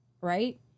Right